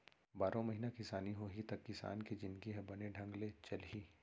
बारो महिना किसानी होही त किसान के जिनगी ह बने ढंग ले चलही